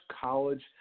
college